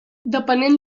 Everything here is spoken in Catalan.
depenent